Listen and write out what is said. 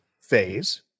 phase